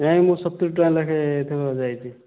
ନାହିଁ ମୋର ସତୁରି ଟଙ୍କା ଲେଖାଏଁ ଏଥର ଯାଇଛି